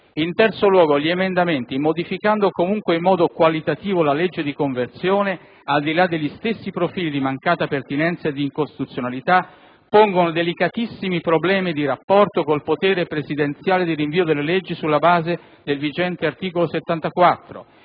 In terzo luogo, gli emendamenti, modificando comunque in modo qualitativo la legge di conversione, al di là degli stessi profili di mancata pertinenza e di incostituzionalità, pongono delicatissimi problemi di rapporto col potere presidenziale di rinvio delle leggi sulla base del vigente articolo 74,